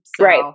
Right